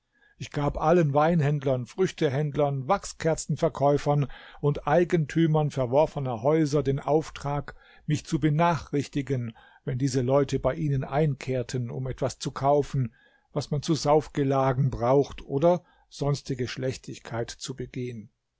ich gab allen weinhändlern früchtehändlern wachskerzenverkäufern und eigentümern verworfener häuser den auftrag mich zu benachrichtigen wenn diese leute bei ihnen einkehrten um etwas zu kaufen was man zu saufgelagen braucht oder sonstige schlechtigkeit zu begehen